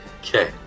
Okay